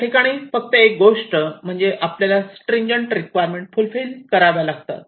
या ठिकाणी फक्त एक गोष्ट म्हणजे आपल्याला स्ट्रिंजेंट रिक्वायरमेंट फुलफिल कराव्या लागतात